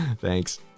Thanks